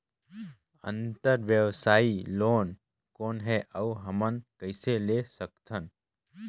अंतरव्यवसायी लोन कौन हे? अउ हमन कइसे ले सकथन?